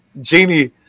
Genie